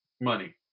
money